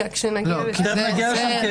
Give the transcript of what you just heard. תכף נגיע לשם.